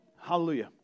Hallelujah